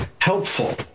helpful